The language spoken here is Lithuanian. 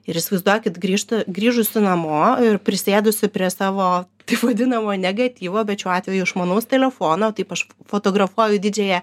ir įsivaizduokit grįžtu grįžusi namo ir prisėdusi prie savo taip vadinamo negatyvo bet šiuo atveju išmanaus telefono taip aš fotografuoju didžiąją